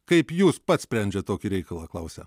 kaip jūs pats sprendžiat tokį reikalą klausia